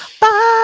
bye